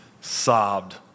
sobbed